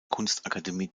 kunstakademie